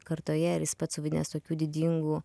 kartoje ir jis pats suvaidinęs tokių didingų